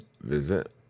visit